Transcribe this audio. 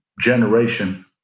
generation